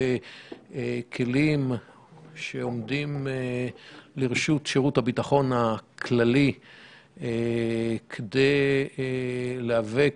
בכלים שעומדים לרשות שירות הביטחון הכללי כדי להיאבק